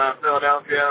Philadelphia